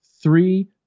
three